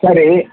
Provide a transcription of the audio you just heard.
சரி